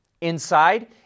Inside